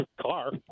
car